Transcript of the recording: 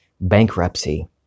bankruptcy